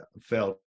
felt